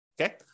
Okay